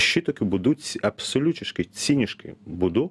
šitokiu būdu absoliutiškai ciniškai būdu